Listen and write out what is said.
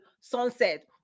sunset